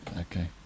Okay